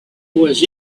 was